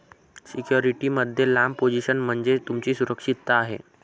security मध्ये लांब position म्हणजे तुमची सुरक्षितता आहे